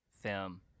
film